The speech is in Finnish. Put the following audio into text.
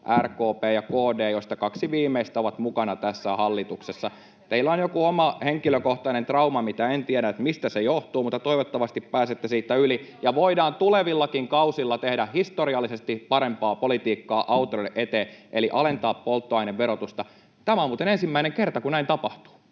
RKP ja KD, joista kaksi viimeistä ovat mukana tässä hallituksessa. Teillä on joku oma henkilökohtainen trauma, mistä en tiedä, mistä se johtuu, mutta toivottavasti pääsette siitä yli ja voidaan tulevillakin kausilla tehdä historiallisesti parempaa politiikkaa autoilijoiden eteen eli alentaa polttoaineverotusta. Tämä on muuten ensimmäinen kerta, kun näin tapahtuu.